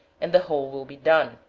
and the whole will be done.